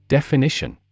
Definition